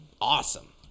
awesome